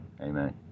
Amen